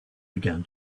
began